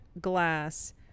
glass